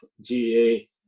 GA